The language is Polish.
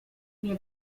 nie